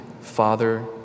Father